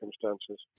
circumstances